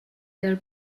their